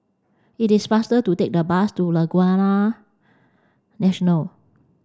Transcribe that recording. it is faster to take the bus to Laguna National